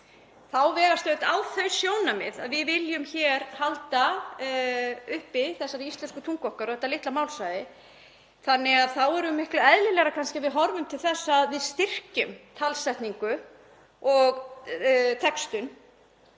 þá vegast auðvitað á þau sjónarmið að við viljum halda uppi þessari íslensku tungu okkar og þessu litla málsvæði. Þá er miklu eðlilegra kannski að við horfum til þess að við styrkjum talsetningu og textun.